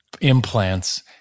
implants